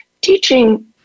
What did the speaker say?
teaching